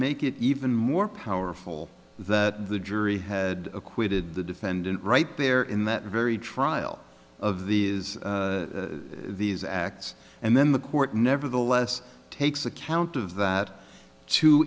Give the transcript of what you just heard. make it even more powerful that the jury had acquitted the defendant right there in that very trial of these these acts and then the court nevertheless takes account of that to